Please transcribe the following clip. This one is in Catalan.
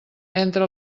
entre